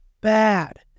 bad